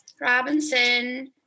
Robinson